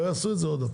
לא יעשה את זה שוב.